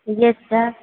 yes sir